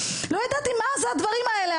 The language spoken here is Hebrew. לא ידעתי מה זה הדברים האלה,